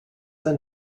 than